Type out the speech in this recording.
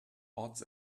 odds